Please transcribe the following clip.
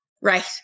Right